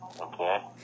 Okay